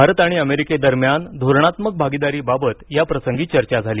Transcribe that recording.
भारत आणि अमेरिकेदरम्यान धोरणात्मक भागीदारीबाबत या प्रसंगी चर्चा झाली